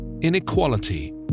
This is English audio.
inequality